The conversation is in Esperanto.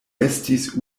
estis